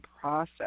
process